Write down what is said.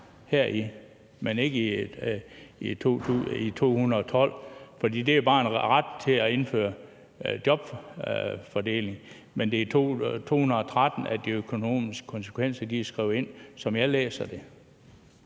L 213, men ikke i L 212, for L 212 er bare om en ret til at indføre jobfordeling. Men det er i L 213, at de økonomiske konsekvenser er skrevet ind, som jeg læser det.